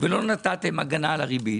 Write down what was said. ולא נתתם הגנה על הריבית